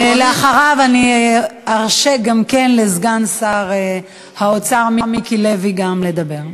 אחריו ארשה גם לסגן שר האוצר מיקי לוי לדבר.